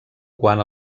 quan